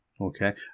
Okay